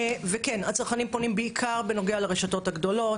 וכן, הצרכנים פונים בעיקר בנוגע לרשתות הגדולות.